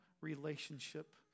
relationship